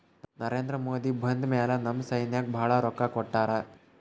ನರೇಂದ್ರ ಮೋದಿ ಬಂದ್ ಮ್ಯಾಲ ನಮ್ ಸೈನ್ಯಾಕ್ ಭಾಳ ರೊಕ್ಕಾ ಕೊಟ್ಟಾರ